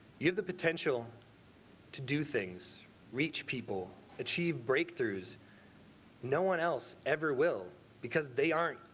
you have the potential to do things reach people achieve breakthroughs no one else ever will because they aren't.